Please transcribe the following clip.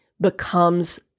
becomes